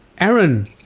Aaron